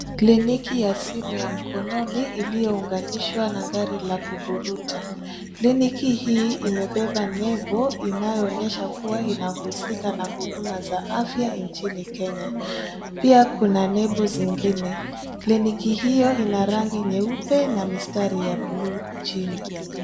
Kliniki ya simu ya mkononi iliyounganishwa na gari la kuvuruta. Kliniki hii imebeba nebo inayoonyesha kuwa inahusika na huduma za afya nchini Kenya. Pia kuna nebo zingine. Kliniki hiyo ina rangi nyeupe na mistari ya bluu chini.